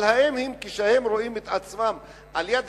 אבל האם כשהם רואים את עצמם על יד